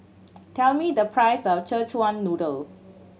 tell me the price of Szechuan Noodle